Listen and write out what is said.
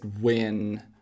win